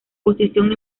posición